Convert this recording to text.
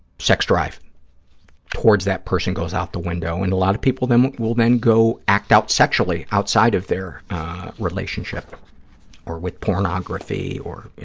sex drive towards that person goes out the window. and a lot of people will, then, go act out sexually outside of their relationship or with pornography or, you